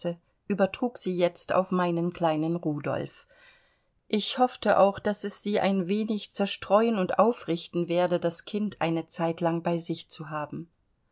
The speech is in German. übertrug sie jetzt auf meinen kleinen rudolf ich hoffte auch daß es sie ein wenig zerstreuen und aufrichten werde das kind eine zeit lang bei sich zu haben